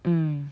mm